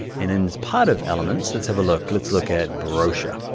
and and it's part of elements, let's have a look, let's look at brochure.